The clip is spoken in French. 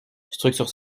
structures